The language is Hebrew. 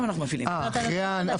אנחנו מפעילים עכשיו.